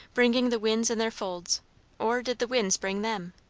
bringing the winds in their folds or did the winds bring them?